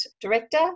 director